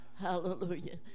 Hallelujah